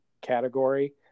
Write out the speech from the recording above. category